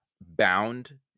Bound